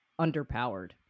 underpowered